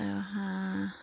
আৰু হাঁহ